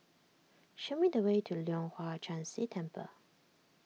show me the way to Leong Hwa Chan Si Temple